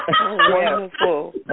Wonderful